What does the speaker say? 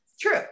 true